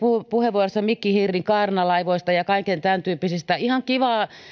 puheenvuoroissa mikki hiiren kaarnalaivoista ja kaikista tämäntyyppisistä ihan kivaa